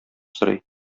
сорый